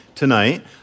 Tonight